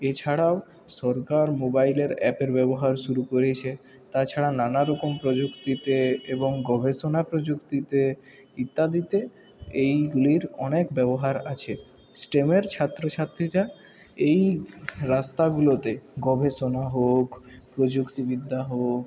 এছাড়াও সরকার মোবাইলের অ্যাপের ব্যবহার শুরু করেছে তাছাড়া নানারকম প্রযুক্তিতে এবং গবেষণা প্রযুক্তিতে ইত্যাদিতে এইগুলির অনেক ব্যবহার আছে স্টেমের ছাত্রছাত্রীরা এই রাস্তাগুলোতে গবেষণা হোক প্রযুক্তিবিদ্যা হোক